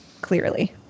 clearly